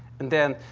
and then,